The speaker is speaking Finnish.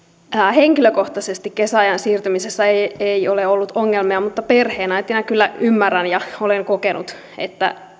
henkilökohtaisesti kesäaikaan siirtymisessä ei ole ollut ongelmia mutta perheenäitinä kyllä ymmärrän ja olen kokenut